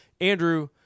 andrew